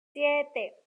siete